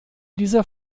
dieser